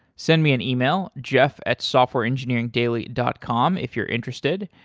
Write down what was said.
send me an email, jeff at softwareengineeringdaily dot com if you're interested.